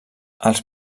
els